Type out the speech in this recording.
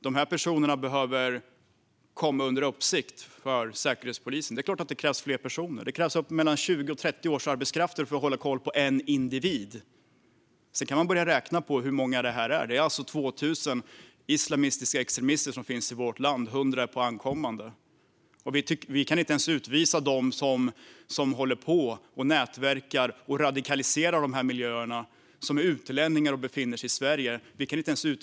De här personerna behöver komma under Säkerhetspolisens uppsikt. Det är klart att det krävs fler som jobbar med detta. Det krävs mellan 20 och 30 årsarbetskrafter för att hålla koll på en individ. Sedan kan man börja räkna på hur många det handlar om. Det finns alltså 2 000 extremistiska islamister i vårt land, och hundra är på inkommande. Vi kan inte ens utvisa dem som nätverkar i och radikaliserar de här miljöerna och som är utlänningar och befinner sig i Sverige.